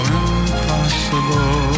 impossible